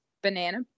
banana